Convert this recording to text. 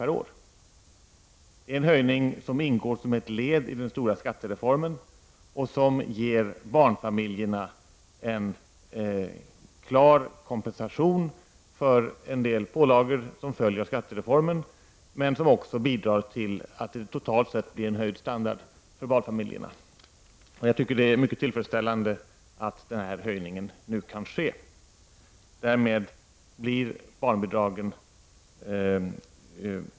Det är en höjning som ingår som ett led i den stora skattereformen och som ger barnfamiljerna en klar kompensation för en del pålagor som följer av skattereformen, men den bidrar också till att det totalt sett blir en höjd standard för barnfamiljerna. Jag tycker att det är mycket tillfredsställande att denna höjning nu kan genomföras.